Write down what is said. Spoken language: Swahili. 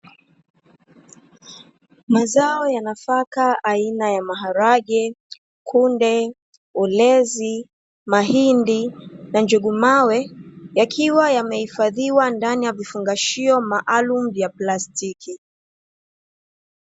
Mzao ya nafaka aina ya; maharage, kunde, ulezi, mahindi na njugu mawe yakiwa yamehifadhiwa ndani ya vifungashio maalumu vya plastiki.